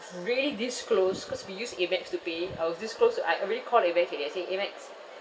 really this close cause we used Amex to pay I was this close to I already call Amex already I say Amex